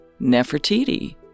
Nefertiti